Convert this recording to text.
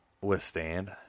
withstand